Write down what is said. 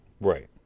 Right